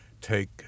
take